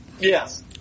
Yes